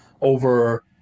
over